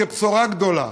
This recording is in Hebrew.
כבשורה גדולה.